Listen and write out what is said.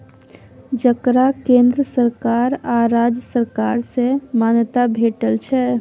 जकरा केंद्र सरकार आ राज्य सरकार सँ मान्यता भेटल छै